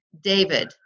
David